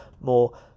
more